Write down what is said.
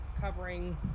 covering